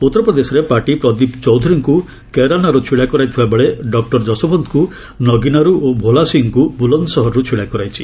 ଉତ୍ତର ପ୍ରଦେଶରେ ପାର୍ଟି ପ୍ରଦୀପ ଚୌଧୁରୀଙ୍କୁ କଇରାନାରୁ ଛିଡ଼ା କରାଇଥିବାବେଳେ ଡକ୍ଟର ଯଶବନ୍ତଙ୍କୁ ନଗିନାରୁ ଓ ଭୋଲା ସିଂଙ୍କୁ ବୁଲନ୍ଦଶହରରୁ ଛିଡ଼ା କରାଇଛି